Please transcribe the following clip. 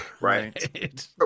right